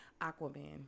Aquaman